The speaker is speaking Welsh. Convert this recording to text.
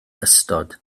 ystod